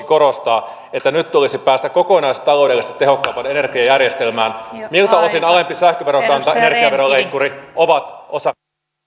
korostaa että nyt tulisi päästä kokonaistaloudellisesti tehokkaampaan energiajärjestelmään miltä osin alempi sähköverokanta ja energiaveroleikkuri ovat osa